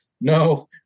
no